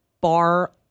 bar